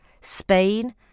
Spain